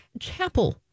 chapel